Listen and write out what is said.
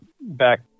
back